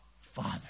Father